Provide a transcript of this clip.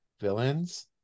villains